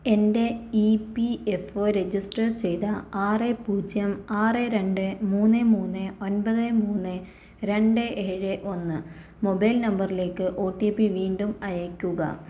എൻ്റെ E P F O register ചെയ്ത ആറ് പൂജ്യം ആറ് രണ്ട് മൂന്ന് മൂന്ന് ഒൻപത് മൂന്ന് രണ്ട് ഏഴ് ഒന്ന് മൊബൈൽ നമ്പറിലേക്ക് ഒ ടി പി വീണ്ടും അയയ്ക്കുക